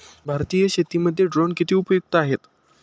भारतीय शेतीमध्ये ड्रोन किती उपयुक्त आहेत?